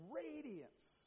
radiance